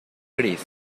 gris